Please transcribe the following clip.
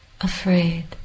afraid